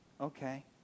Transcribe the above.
Okay